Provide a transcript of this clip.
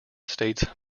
states